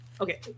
okay